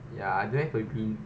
ya do have agreed